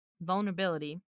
vulnerability